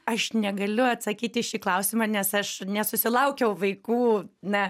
aš negaliu atsakyti į šį klausimą nes aš nesusilaukiau vaikų na